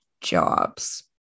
jobs